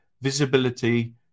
visibility